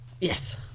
Yes